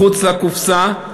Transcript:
מחוץ לקופסה,